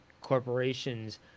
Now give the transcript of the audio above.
corporations